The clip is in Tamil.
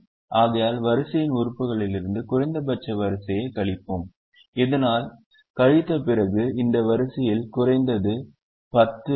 ஆகையால் வரிசையின் உறுப்புகளிலிருந்து குறைந்தபட்ச வரிசையை கழிப்போம் இதனால் கழித்த பிறகு இந்த வரிசையில் குறைந்தது 1 0 இருக்கும்